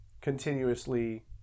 continuously